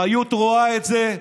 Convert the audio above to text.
חיות רואה את זה,